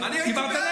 מה נגד?